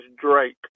Drake